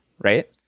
right